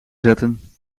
zetten